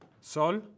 Sol